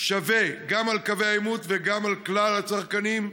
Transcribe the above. שווה גם על קווי העימות וגם על כלל הצרכנים,